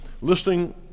Listening